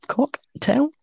Cocktail